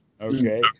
Okay